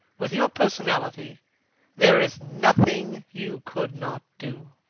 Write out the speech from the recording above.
with your personality there is nothing you could not do.